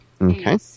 Okay